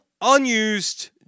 unused